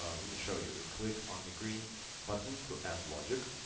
ah let me show you. you click on the green button to add logic.